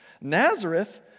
Nazareth